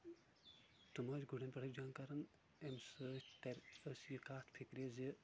تم أسۍ گُرٮ۪ن پٮ۪ٹھے جنٛگ کران امہِ سۭتۍ ترِ اَسہِ یہِ کتھ فِکرِ زِ